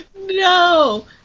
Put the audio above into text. no